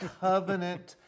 covenant